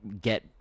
get